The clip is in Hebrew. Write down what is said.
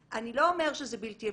אני לא אומר שזה בלתי אפשרי.